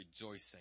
rejoicing